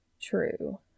True